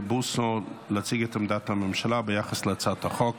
בוסו להציג את עמדת הממשלה ביחס להצעת החוק.